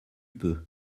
peux